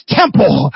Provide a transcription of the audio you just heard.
temple